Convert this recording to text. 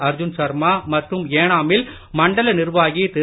அர்ஜுன் சர்மா மற்றும் ஏனாமில் மண்டல நிர்வாகி திரு